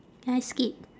can I skip